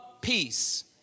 peace